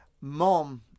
Mom